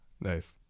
nice